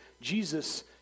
Jesus